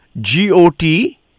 G-O-T